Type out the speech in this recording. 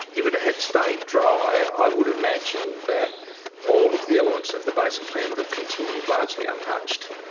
if it had stayed dry, i would imagine that all of the elements of the basin plan would have continued largely untouched.